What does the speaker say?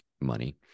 money